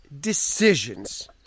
decisions